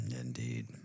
indeed